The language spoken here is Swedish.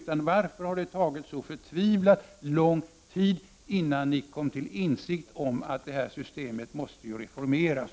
Men varför har det tagit så förtvivlat lång tid för er att komma till insikt om att systemet måste reformeras?